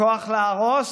כוח להרוס